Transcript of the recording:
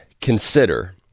consider